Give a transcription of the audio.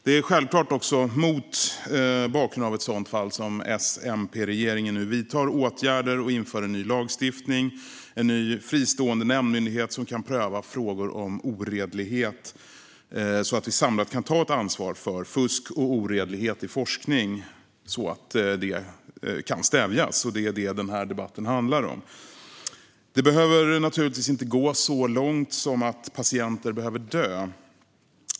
Det är mot bakgrund av ett sådant fall som S-MP-regeringen nu vidtar åtgärder och inför ny lagstiftning och en ny fristående nämndmyndighet som kan pröva frågor om oredlighet för att samlat kunna ta ansvar för fusk och oredlighet i forskning så att det kan stävjas. Det är det den här debatten handlar om. Det behöver naturligtvis inte gå så långt att patienter dör.